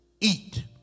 eat